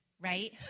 right